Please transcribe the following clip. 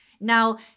Now